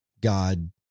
God